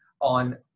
on